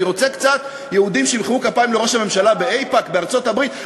אני רוצה קצת יהודים שימחאו כפיים לראש הממשלה באיפא"ק בארצות-הברית.